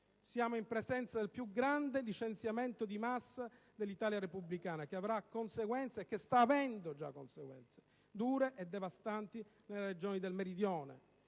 Siamo in presenza del più grande licenziamento di massa dell'Italia repubblicana, che avrà conseguenze - anzi che sta avendo già conseguenze - dure e devastanti nelle Regioni del Meridione.